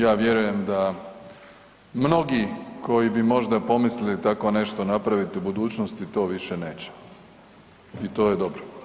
Ja vjerujem da mnogi koji bi možda pomislili tako nešto napraviti u budućnosti to više neće i to je dobro.